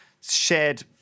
shared